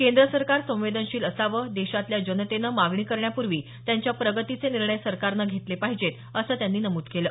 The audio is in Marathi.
केंद्र सरकार संवेदनशील असावं देशातल्या जनतेनं मागणी करण्यापूर्वी त्यांच्या प्रगतीचे निर्णय सरकारने घेतले पाहिजेत असं त्यांनी नमूद केलं